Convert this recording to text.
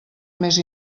més